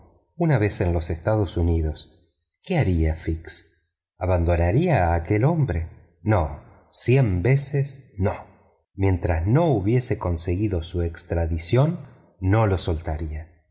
una vez en los estados unidos qué haría fix abandonaría a aquel hombre no cien veces no mientras no hubiese conseguido su extradición no lo soltaría